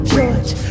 George